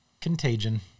contagion